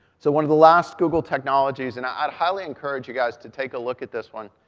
so one of the last google technologies, and i'd highly encourage you guys to take a look at this one.